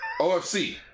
OFC